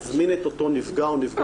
נזמין את אותו נפגע או נפגעת.